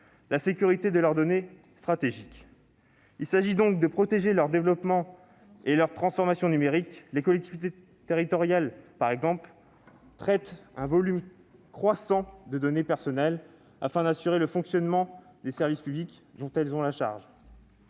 la sécurité de leurs données stratégiques. Il s'agit donc de protéger leur développement et leur transformation numérique. Les collectivités territoriales, par exemple, traitent un volume croissant de données personnelles, afin d'assurer le fonctionnement des services publics dont elles ont la charge.